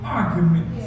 arguments